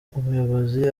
umuyobozi